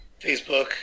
Facebook